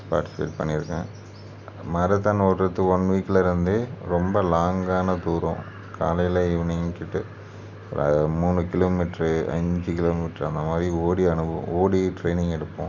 participate பண்ணிருக்கேன் marathon ஓடுறதுக்கு one வீக்கில் இருந்தே ரொம்ப லாங்கான தூரம் காலையில் ஈவினிங் கிட்ட அது மூணு கிலோமீட்ரு அஞ்சு கிலோமீட்ரு அந்த மாதிரி ஓடிய அனுபவம் ஓடி ட்ரைனிங் எடுப்போம்